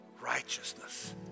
righteousness